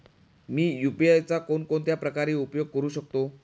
मी UPI चा कोणकोणत्या प्रकारे उपयोग करू शकतो?